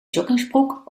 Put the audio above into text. joggingsbroek